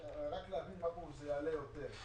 כדי להבין מה הפירוש שזה יעלה יותר,